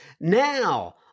Now